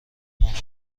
موقع